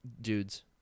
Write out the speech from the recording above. dudes